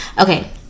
Okay